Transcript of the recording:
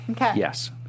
Yes